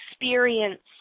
experience